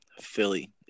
Philly